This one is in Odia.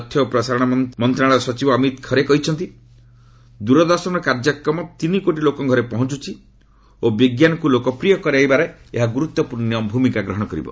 ତଥ୍ୟ ଓ ପ୍ରସାରଣ ମନ୍ତ୍ରଣାଳୟ ସଚିବ ଅମିତ ଖରେ କହିଛନ୍ତି ଦୂରଦର୍ଶନର କାର୍ଯ୍ୟକ୍ରମ ତିନିକୋଟି ଲୋକଙ୍କ ଘରେ ପହଞ୍ଚୁଛି ଓ ବିଜ୍ଞାନକୁ ଲୋକ ପ୍ରିୟ କରାଇବାରେ ଏହା ଗୁରୁତ୍ୱପୂର୍ଣ୍ଣ ଭୂମିକା ଗ୍ରହଣ କରିବ